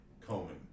combing